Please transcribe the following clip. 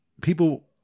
people